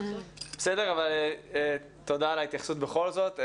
אבל תודה על התייחסות בכל זאת.